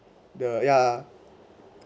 the ya